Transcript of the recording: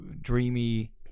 dreamy